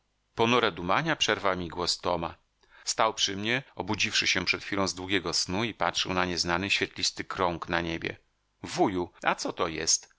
dumania przerwał mi głos toma stał przy mnie obudziwszy się przed chwilą z długiego snu i patrzył na nieznany świetlisty krąg na niebie wuju a co to jest